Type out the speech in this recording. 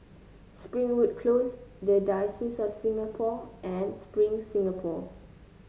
Springwood Close the Diocese of Singapore and Spring Singapore